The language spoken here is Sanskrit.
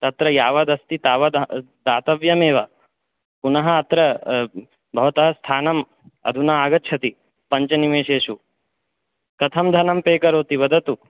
तत्र यावदस्ति तावत् दातव्यमेव पुनः अत्र भवतः स्थानम् अधुना आगच्छति पञ्चनिमेषेषु कथं धनं पे करोति वदतु